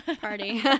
party